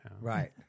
Right